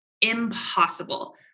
Impossible